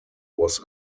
was